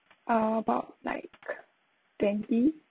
about like twenty